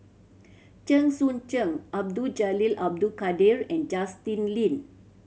Chen Sucheng Abdul Jalil Abdul Kadir and Justin Lean